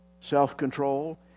Self-control